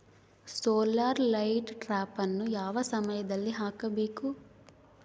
Solar light ಟ್ರಾಪನ್ನು ಯಾವ ಸಮಯದಲ್ಲಿ ಹಾಕಬೇಕು?